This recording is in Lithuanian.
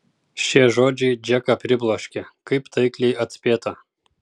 šie žodžiai džeką pribloškė kaip taikliai atspėta